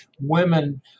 women